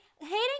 hating